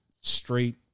straight